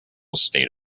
state